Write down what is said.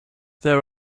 there